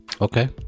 Okay